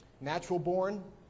Natural-born